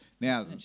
Now